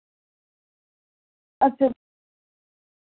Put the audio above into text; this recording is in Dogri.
अच्छा